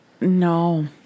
No